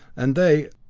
and they,